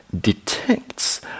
detects